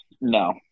No